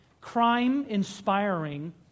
crime-inspiring